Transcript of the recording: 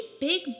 big